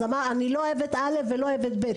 אז אני לא אוהב את א' ולא אוהב את ב',